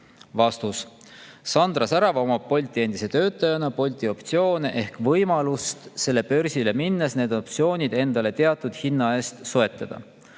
Vastus. Sandra Särav omab Bolti endise töötajana Bolti optsioone ehk võimalust selle börsile minnes need optsioonid endale teatud hinna eest soetada.